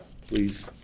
please